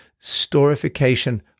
storification